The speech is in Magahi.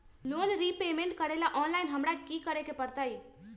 लोन रिपेमेंट करेला ऑनलाइन हमरा की करे के परतई?